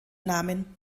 namen